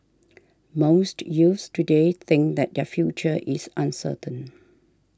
most youths today think that their future is uncertain